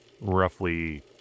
roughly